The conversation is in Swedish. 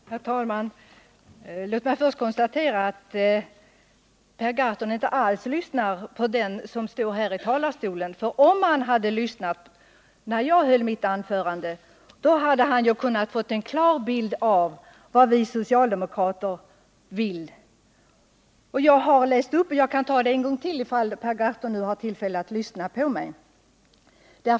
Herr talman! Låt mig först konstatera att Per Gahrton inte alls lyssnar på den som står här i talarstolen. Om han hade lyssnat när jag höll mitt anförande, hade han kunnat få en klar bild av vad vi socialdemokrater vill. Jag har läst upp det, men jag kan ta det en gång till, ifall Per Gahrton nu har tillfälle att lyssna på mig.